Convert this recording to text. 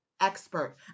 expert